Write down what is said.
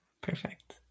Perfect